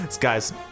guys